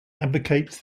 advocates